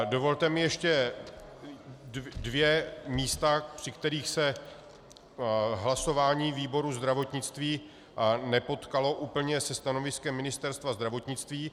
Dovolte mi ještě dvě mísa, při kterých se hlasování výboru pro zdravotnictví nepotkalo úplně se stanoviskem Ministerstva zdravotnictví.